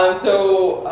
um so,